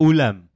Ulam